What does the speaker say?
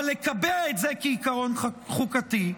אבל לקבע את זה כעיקרון חוקתי?